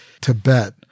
Tibet